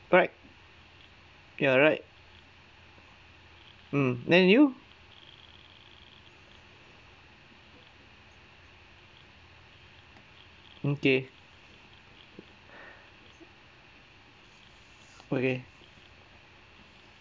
correct ya right mm then you okay okay